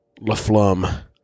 Laflum